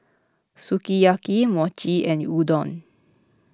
Sukiyaki Mochi and Udon